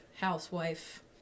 housewife